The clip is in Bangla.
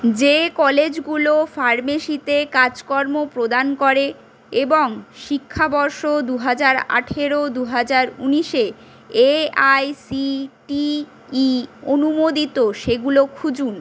যে কলেজগুলো ফার্মেসিতে কার্যক্রম প্রদান করে এবং শিক্ষাবর্ষ দু হাজার আঠারো দু হাজার উনিশে এআইসিটিই অনুমোদিত সেগুলো খুঁজুন